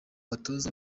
batoza